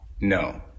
No